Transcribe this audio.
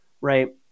right